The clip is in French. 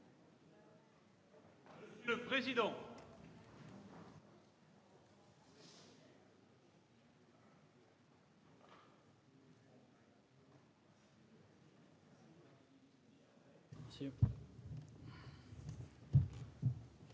monsieur le président.